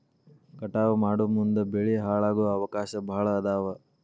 ಕಟಾವ ಮಾಡುಮುಂದ ಬೆಳಿ ಹಾಳಾಗು ಅವಕಾಶಾ ಭಾಳ ಅದಾವ